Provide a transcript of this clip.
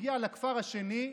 הגיע לכפר השני,